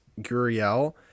Guriel